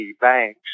Banks